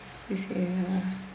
C_C_A ya